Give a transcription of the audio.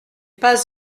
pas